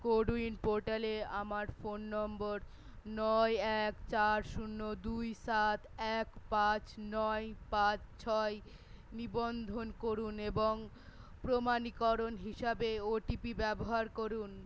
CoWIN পোর্টালে আমার phone নম্বর নয় এক চার শূন্য দুই সাত এক পাঁচ নয় পাঁচ ছয় নিবন্ধন করুন এবং প্রমাণীকরণ হিসাবে ও টি পি ব্যবহার করুন